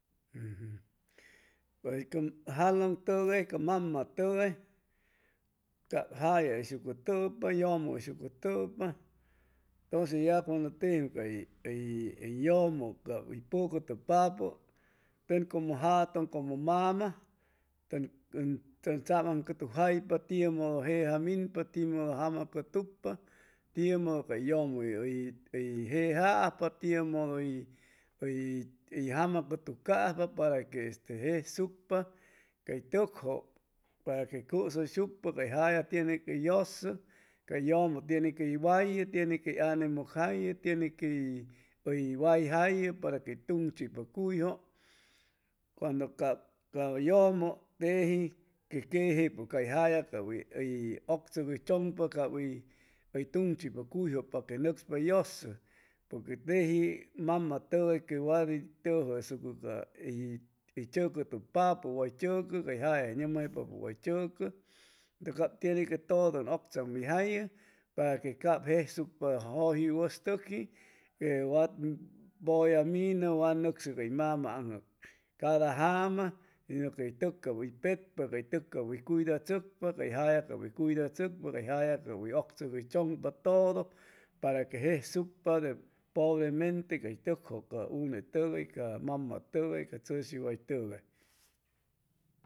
Pue ca jalun tugay ca mama tugay cab jaya uys hucutupa yumu utshucutupa entonces cuando ya tejiam cay uy llumu cab uy pucutupapu tun como jatun como mama tun tsamancutujaypa tiu mudu jeja minpa tiu mudu jama cutucpa tiu mudu ca yumu uy uy jejaypa tiu mudu uy uy jama cutucajpa para que este jesucpa cay tucju para que cusuyshucpa cay jaya tiene quey yusu cay llumu tiene quey wayu tiene que ane mucjayu tiene que uy wayjayu para que tun chipa cuyju cuando cab ca llumu teji que quejepu cay jaya cab uy uctsuguychumpa cab uy tun chipa tunju paque nucspa yusu porque teji mama tugay que wad y tujusucu ca uy chucutupapu ca way chucu cay jaya numjaypa way chucu cab tiene que tudu un uctsamuyjaya para que cab jesucpa juji wustucji e wa puya minu way nucsu cay mama anju cada jama y cay tuc cab uy petpa cay tuc cab uy cuydarsucpa uy jaya cab uy cuyda tsucpa cab jaya cab uy uctsuguy chumpa todo para que jesucpa de pobremente cay tucju ca une tugay ca mama tugay ca tsushiway tugay.